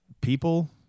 people